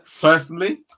personally